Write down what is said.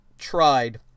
tried